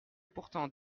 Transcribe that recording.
pourtant